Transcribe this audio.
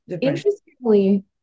interestingly